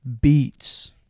beats